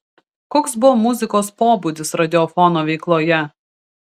koks buvo muzikos pobūdis radiofono veikloje